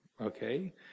okay